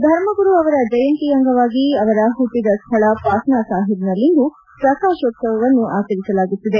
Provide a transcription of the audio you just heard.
ಧರ್ಮಗುರು ಅವರ ಜಯಂತಿ ಅಂಗವಾಗಿ ಅವರ ಹುಟ್ಲದ ಸ್ಥಳ ಪಾಟ್ನಾ ಸಾಹಿಬ್ನಲ್ಲಿಂದು ಪ್ರಕಾಶೋತ್ಸವವನ್ನು ಆಚರಿಸಲಾಗುತ್ತಿದೆ